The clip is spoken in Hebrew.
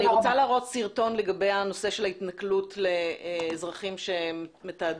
אני רוצה להראות סרטון לגבי הנושא של ההתנכלות לאזרחים שמתעדים.